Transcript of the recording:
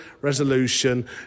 resolution